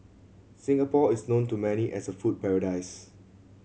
Singapore is known to many as a food paradise